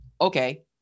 okay